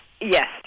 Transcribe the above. Yes